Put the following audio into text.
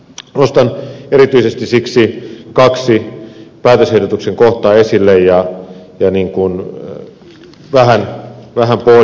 nostan erityisesti siksi kaksi päätösehdotuksen kohtaa esille ja vähän pohdiskelen niitä